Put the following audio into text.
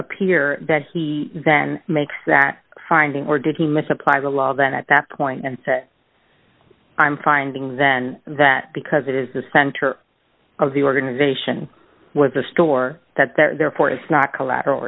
appear that he then makes that finding or did he miss apply the law that at that point and say i'm finding then that because it is the center of the organization was a store that they're forced not collateral